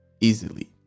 easily